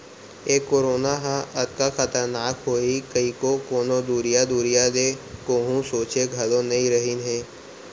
ए corona ह अतका खतरनाक होही कइको कोनों दुरिहा दुरिहा ले कोहूँ सोंचे घलौ नइ रहिन हें